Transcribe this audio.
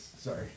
Sorry